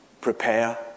Prepare